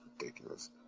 ridiculous